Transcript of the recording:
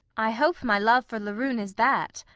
i hope my love for laroon is that.